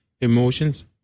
emotions